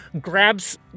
grabs